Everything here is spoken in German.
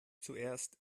zuerst